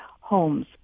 homes